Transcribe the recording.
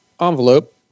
envelope